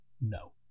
no